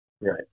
Right